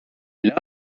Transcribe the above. est